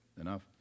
enough